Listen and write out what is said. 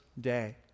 day